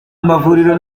mavuriro